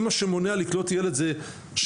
אם מה שמונע לקלוט ילד זה שיוך,